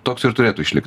toks ir turėtų išlikt